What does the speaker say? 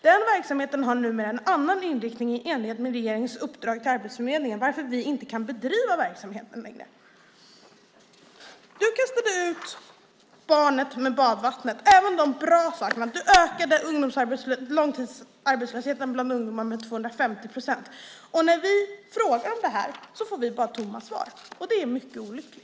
Den verksamheten har numera en annan inriktning i enlighet med regeringens uppdrag till Arbetsförmedlingen varför vi inte kan bedriva verksamheten längre. Sven Otto Littorin, du kastade ut barnet med badvattnet. Det gäller även de bra sakerna. Du ökade långtidsarbetslösheten bland ungdomar med 250 procent. När vi frågar om detta får vi bara tomma svar, och det är mycket olyckligt.